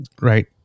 right